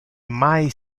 mai